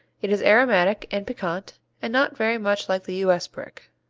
it is aromatic and piquant and not very much like the u s. brick.